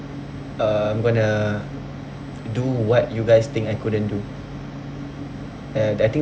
uh I'm gonna do what you guys think I couldn't do and I think